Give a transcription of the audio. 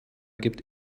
gibt